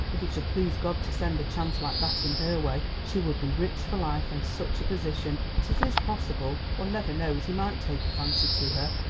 if it should please god to send a chance like that in her way she would be rich for life, and such a position! but it is possible one never knows he might take a fancy to her.